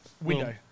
Window